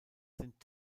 sind